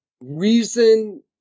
reason